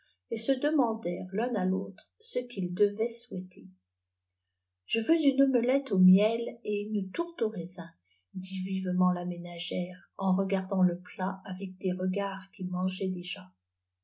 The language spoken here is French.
et se demandèrent l'un à l'autre ce qu'ils devaient souhaiter je veux une omelette au miel et une tourte au raisin dit vivement la ménagère en regardant le plat avec des regards qui mangeaient déjà